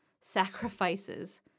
sacrifices